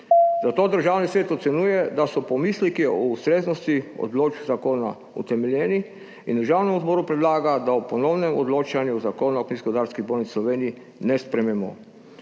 Zato Državni svet ocenjuje, da so pomisleki o ustreznosti določb zakona utemeljeni, in Državnemu zboru predlaga, da ob ponovnem odločanju zakona o Kmetijsko gozdarski zbornici Slovenije ne sprejme.